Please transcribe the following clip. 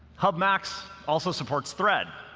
hub max also supports thread.